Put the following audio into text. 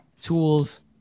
tools